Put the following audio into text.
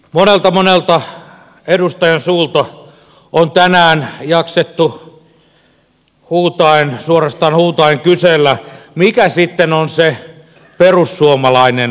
monen monen edustajan suulla on tänään jaksettu suorastaan huutaen kysellä mikä sitten on se perussuomalainen vaihtoehto